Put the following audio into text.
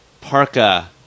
parka